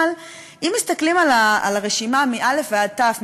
אבל אם מסתכלים על הרשימה מאלף ועד תיו,